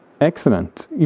Excellent